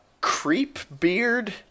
Creepbeard